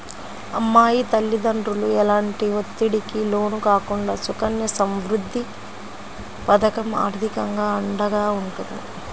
అమ్మాయి తల్లిదండ్రులు ఎలాంటి ఒత్తిడికి లోను కాకుండా సుకన్య సమృద్ధి పథకం ఆర్థికంగా అండగా ఉంటుంది